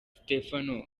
stefano